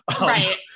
Right